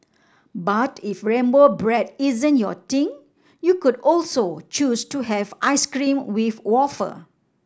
but if rainbow bread isn't your thing you could also choose to have ice cream with wafer